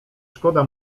szkoda